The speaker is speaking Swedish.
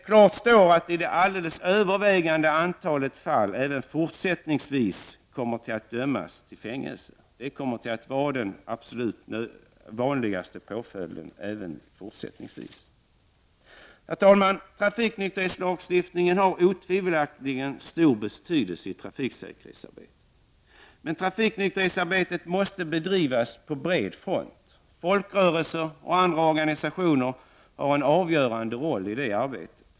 Klart står att det alldeles övervägande antalet även i fortsättningen kommer att dömas till fängelse. Det kommer att vara den absoluta vanligaste påföljden även fortsättningsvis. Herr talman! Trafiknykterhetslagstiftning har otvivelaktigt en stor betydelse i trafiksäkerhetsarbetet, men trafiknykterhetsarbetet måste drivas på bred front. Folkrörelser och andra organisationer har en avgörande roll i det arbetet.